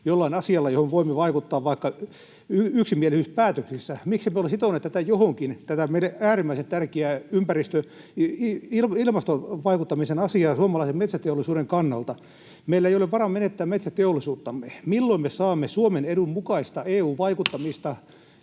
jollain asialla, johon voimme vaikuttaa, vaikka yksimielisyyspäätöksissä? Miksemme ole sitoneet johonkin tätä meille äärimmäisen tärkeää ympäristö- ja ilmastovaikuttamisen asiaa suomalaisen metsäteollisuuden kannalta? Meillä ei ole varaa menettää metsäteollisuuttamme. Milloin me saamme Suomen edun mukaista EU-vaikuttamista,